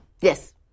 Yes